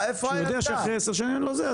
שהוא יודע שאחרי עשר שנים אין לו זה,